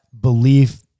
belief